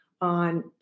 on